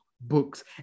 books